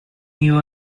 you